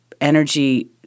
energy